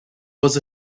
was